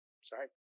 sorry